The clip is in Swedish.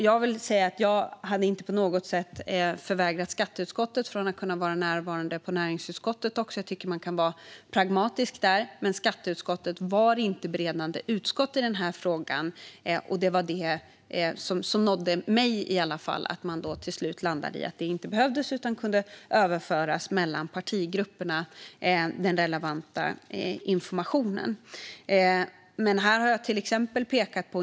Jag har inte på något sätt förvägrat skatteutskottet att också vara närvarande på näringsutskottet. Jag tycker att man kan vara pragmatisk där. Men skatteutskottet var inte beredande utskott i frågan. Det var i alla fall vad som nådde mig; till slut landade man i att det inte behövdes, utan den relevanta informationen kunde överföras mellan partigrupperna.